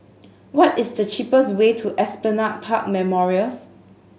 what is the cheapest way to Esplanade Park Memorials